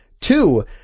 Two